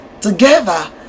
together